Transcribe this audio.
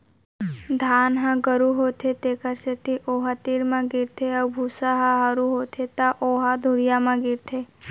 धान ह गरू होथे तेखर सेती ओ ह तीर म गिरथे अउ भूसा ह हरू होथे त ओ ह दुरिहा म गिरथे